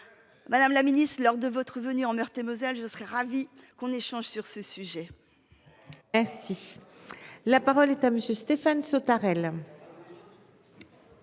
Madame la ministre, lors de votre venue en Meurthe-et-Moselle, je serai ravi qu'on échange sur ce sujet.